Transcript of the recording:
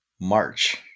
March